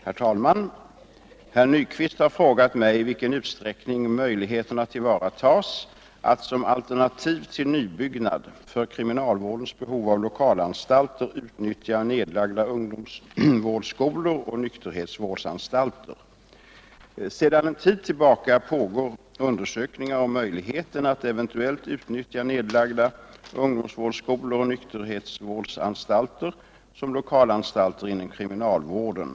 Herr talman! Herr Nyquist har frågat mig i vilken utsträckning möjligheterna tillvaratas att, som alternativ till nybyggnad, för kriminalvårdens behov av lokalanstalter utnyttja nedlagda ungdomsvårdsskolor och nykterhetsvårdsanstalter. Sedan en tid tillbaka pågår undersökningar om möjligheten att eventuellt utnyttja nedlagda ungdomsvårdsskolor och nykterhetsvårdsanstalter som lokalanstalter inom kriminalvården.